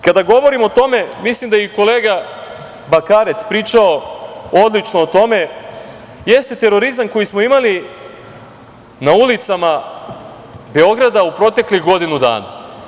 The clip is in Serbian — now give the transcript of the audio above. Kada govorim o tome, mislim da je i kolega Bakarec pričao odlično o tome, jeste terorizam koji smo imali na ulicama Beograda u proteklih godinu dana.